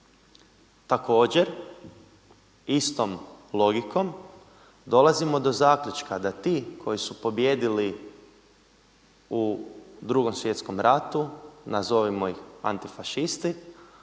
Također istom logikom dolazimo do zaključka da ti koji su pobijedili u Drugom svjetskom ratu, nazovimo ih antifašisti